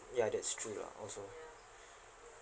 ya that's true lah also